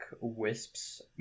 Wisps